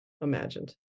imagined